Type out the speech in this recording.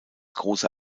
große